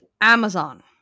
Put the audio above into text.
Amazon